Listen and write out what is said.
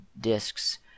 disks